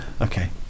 okay